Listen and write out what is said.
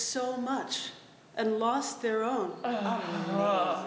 so much and lost their own